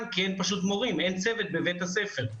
כי אין פשוט מורים וצוות בבית הספר.